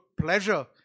pleasure